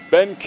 Ben